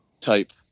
type